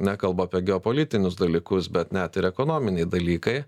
nekalbu apie geopolitinius dalykus bet net ir ekonominiai dalykai